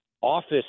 office